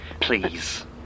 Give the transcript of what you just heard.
Please